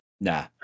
Nah